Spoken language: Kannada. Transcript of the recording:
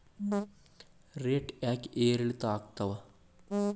ರೇಟ್ ಯಾಕೆ ಏರಿಳಿತ ಆಗ್ತಾವ?